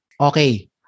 okay